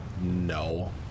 no